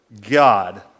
God